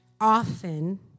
often